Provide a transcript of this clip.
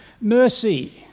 Mercy